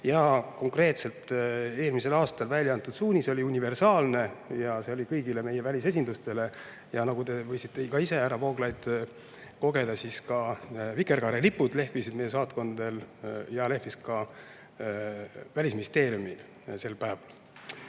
Konkreetselt eelmisel aastal välja antud suunis oli universaalne ja see oli kõigile meie välisesindustele. Ja nagu te võisite ka ise, härra Vooglaid, kogeda, siis vikerkaarelipud lehvisid meie saatkondadel ja lehvis ka Välisministeeriumil sel päeval.